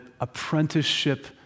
apprenticeship